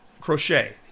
crochet